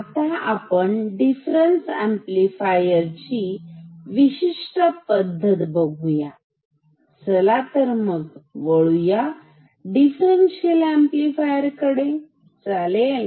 आता आपण difference amplifier ची विशिष्ट पद्धत बघूया चला तर मग वळूया डिफरन्स अंपलिफायर कडे चालेल